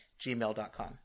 gmail.com